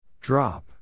Drop